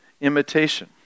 imitation